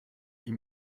ihm